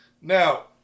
Now